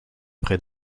près